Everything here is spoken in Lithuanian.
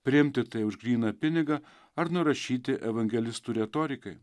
priimti tai už gryną pinigą ar nurašyti evangelistų retorikai